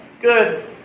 Good